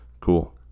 Cool